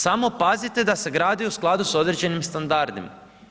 Samo pazite da se gradi u skladu s određenim standardima.